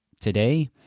today